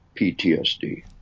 PTSD